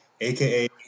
aka